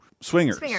Swingers